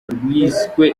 ryiswe